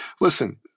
Listen